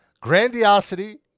grandiosity